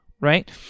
right